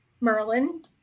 Merlin